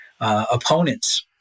opponents